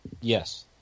Yes